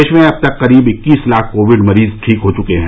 देश में अब तक करीब इक्कीस लाख कोविड मरीज ठीक हो चुके हैं